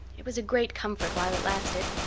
it was a great comfort while it lasted.